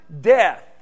death